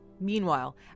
Meanwhile